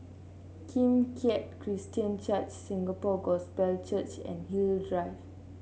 Kim Keat Christian Church Singapore Gospel Church and You Drive